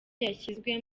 yashyizwe